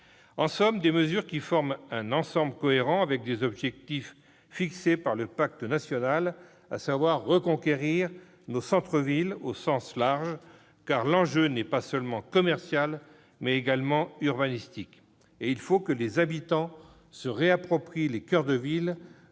En somme, ces mesures forment un ensemble cohérent, avec des objectifs fixés par le pacte national, au service de la reconquête de nos centres-villes au sens large- car l'enjeu n'est pas seulement commercial, mais également urbanistique. Il faut que les habitants se réapproprient les coeurs de ville,